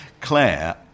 Claire